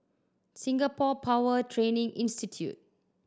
Singapore Power Training Institute